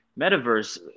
metaverse